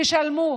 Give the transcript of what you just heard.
תשלמו.